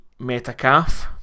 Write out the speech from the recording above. Metacalf